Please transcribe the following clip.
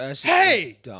hey